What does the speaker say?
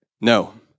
No